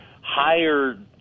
higher